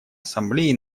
ассамблеи